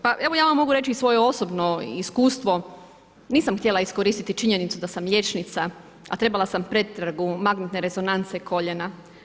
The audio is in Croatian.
Pa evo, ja vam mogu reći i svoje osobno iskustvo, nisam htjela iskoristiti činjenicu da sam liječnica, a trebala sam pretragu magnetne rezonance koljena.